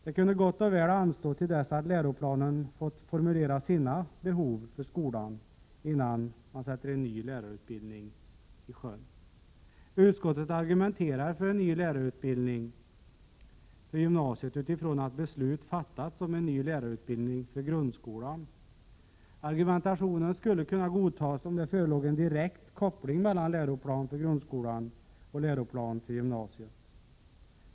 Det kunde gott och väl anstå till dess att läroplanen fått formulera sina behov för skolan, innan man sätter en ny lärarutbildning i sjön. Utskottet argumenterar för en ny lärarutbildning för gymnasiet utifrån att beslut fattats om en ny lärarutbildning för grundskolan. Argumentationen skulle kunna godtas, om det förelåg en direkt koppling mellan läroplan för grundskolan och läroplan för gymnasiet.